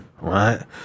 right